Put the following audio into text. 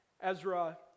Ezra